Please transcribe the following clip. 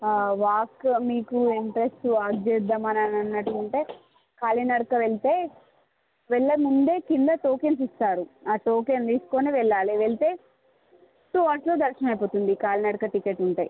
walk మీకు interest walk చేద్దామని అన్నట్టు ఉంటే కాలినడక వెళితే వెళ్లే ముందే కింద టోకెన్స్ ఇస్తారు ఆ టోకెన్ తీసుకుని వెళ్ళాలి వెళితే టూ అవర్స్లో దర్శనం అయిపోతుంది కాలినడక టికెట్లు ఉంటాయి